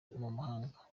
mumahanga